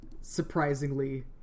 Surprisingly